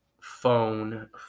phone